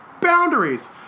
Boundaries